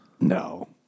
No